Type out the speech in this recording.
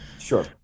Sure